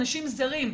אנשים זרים,